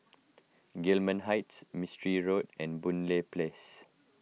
Gillman Heights Mistri Road and Boon Lay Place